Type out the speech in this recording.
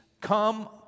come